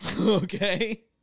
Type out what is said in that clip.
Okay